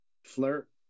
Flirt